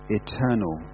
eternal